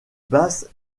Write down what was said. basse